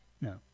No